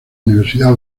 universidad